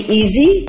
easy